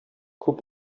күп